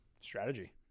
Strategy